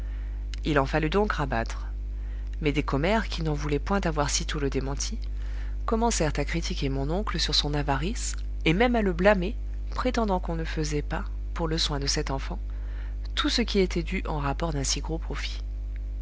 il en fallut donc rabattre mais des commères qui n'en voulaient point avoir sitôt le démenti commencèrent à critiquer mon oncle sur son avarice et même à le blâmer prétendant qu'on ne faisait pas pour le soin de cet enfant tout ce qui était dû en rapport d'un si gros profit